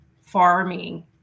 farming